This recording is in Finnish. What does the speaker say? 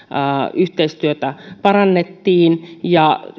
yhteistyötä parannettiin ja jo